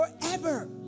forever